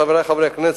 חברי חברי הכנסת,